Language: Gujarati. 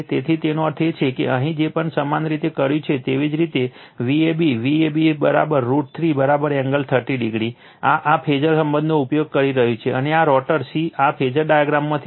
તેથી તેનો અર્થ એ છે કે અહીં જે કંઈપણ સમાન રીતે કર્યું છે તેવી જ રીતે Vab Vabરુટ 3 એંગલ 30o આ આ ફેઝર સંબંધનો ઉપયોગ કરી રહ્યું છે અને આ રોટર c ના ફેઝર ડાયાગ્રામમાંથી છે